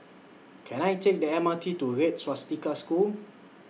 Can I Take The M R T to Red Swastika School